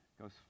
goes